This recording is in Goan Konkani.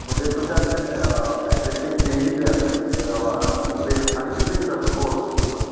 म्हणजे तुमचे आतां एग्जिस्टींग फी कितली आसा म्हणजे अराउंड कितले आनी कितले दिसाचो कोर्स असो